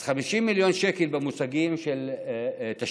אז 50 מיליון שקל במושגים של תשתיות,